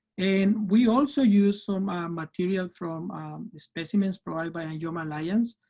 and we also use some um material from specimens provided by angioma alliance.